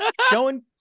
showing